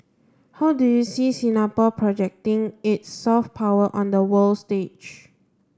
how do you see Singapore projecting its soft power on the world stage